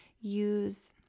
use